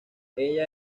ella